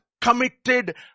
committed